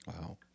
Wow